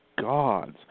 gods